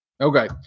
Okay